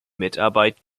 mitarbeit